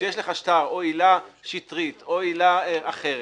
כשיש לך שטר או עילה שטרית או עילה אחרת,